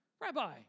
Rabbi